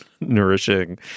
nourishing